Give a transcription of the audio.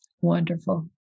Wonderful